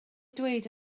dweud